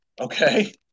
Okay